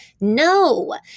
No